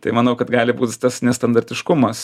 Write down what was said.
tai manau kad gali būt tas nestandartiškumas